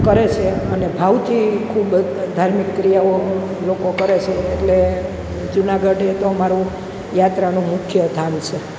કરે છે અને ભાવથી ખૂબ જ ધાર્મિક ક્રિયાઓ લોકો કરે છે એટલે જુનાગઢ એ તો અમારું યાત્રાનું મુખ્ય ધામ છે